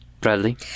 bradley